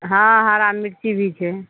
हँ हरा मिरची भी छै